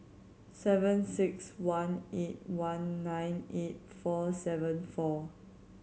seven six one eight one nine eight four seven four